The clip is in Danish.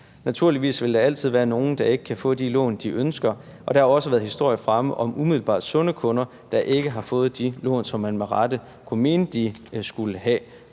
Naturligvis vil der altid være nogen, der ikke kan få de lån, de ønsker, og der har også været historier fremme om umiddelbart sunde kunder, der ikke har fået de lån, som man med rette kunne mene de skulle have.